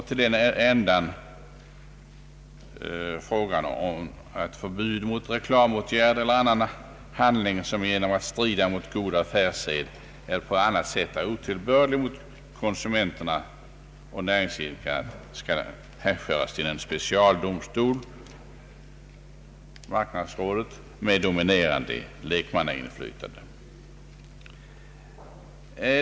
Till den ändan har föreslagits att frågan om förbud mot reklamåtgärd eller annan handling, som genom att strida mot god affärssed eller på annat sätt är otillbörlig mot konsumenter eller näringsidkare, skall hänföras till en specialdomstol med dominerande lekmannainflytande.